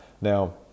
Now